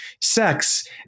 sex